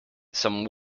some